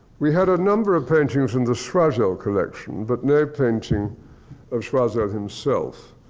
we had a number of paintings in the suassle collection, but not painting of suassel himself.